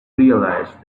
realise